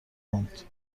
پوند